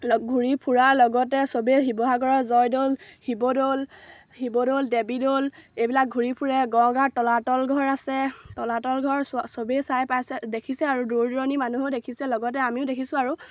ঘূৰি ফুৰাৰ লগতে চবেই শিৱসাগৰৰ জয়দৌল শিৱদৌল শিৱদৌল দেৱীদৌল এইবিলাক ঘূৰি ফুৰে গড়গাঁৱত তলাতল ঘৰ আছে তলাতল ঘৰ চবেই চাই পাইছে দেখিছে আৰু দূৰ দূৰণিৰ মানুহেও দেখিছে লগতে আমিও দেখিছোঁ আৰু